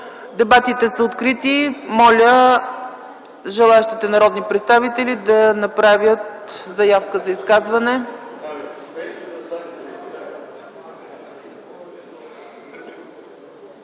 Дебатите са открити. Моля, желаещите народни представители да направят заявка за изказване.